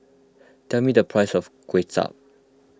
tell me the price of Kuay Chap